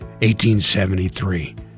1873